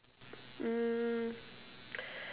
mm